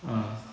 ah